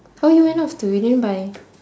how you went off you didn't buy